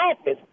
office